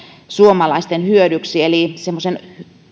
suomalaisten hyödyksi eli semmoisen